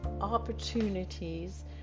opportunities